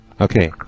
Okay